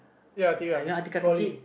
ya tiga poly